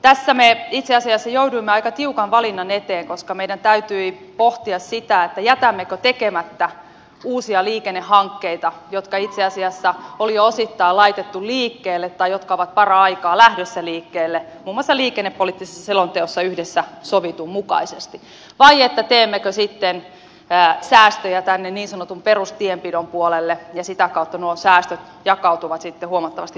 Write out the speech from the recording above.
tässä me itse asiassa jouduimme aika tiukan valinnan eteen koska meidän täytyi pohtia sitä jätämmekö tekemättä uusia liikennehankkeita jotka itse asiassa oli jo osittain laitettu liikkeelle tai jotka ovat paraikaa lähdössä liikkeelle muun muassa liikennepoliittisessa selonteossa yhdessä sovitun mukaisesti vai teemmekö säästöjä tänne niin sanotun perustienpidon puolelle niin että sitä kautta nuo säästöt jakautuvat sitten huomattavasti tasaisemmin